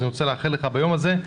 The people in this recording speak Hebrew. אז אני רוצה לאחל לך ביום הזה בריאות